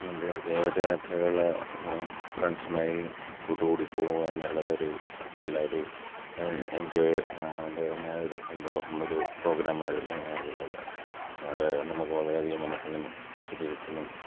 ദീർഘ ദൂര യാത്രകൾ ഫ്രണ്ട്സുമായി കൂട്ടുകൂടി പോകുക എന്നുള്ളത് ഒരു നല്ല ഒരു എൻജോയ് ആനന്ദകരമായ ഒരു സംഭവം ഒരു പ്രോഗ്രമായിരുന്നു ഞങ്ങൾ ഉള്ളത് അത് നമുക്ക് വളരെയധികം മനസ്സിനും ശരീരത്തിനും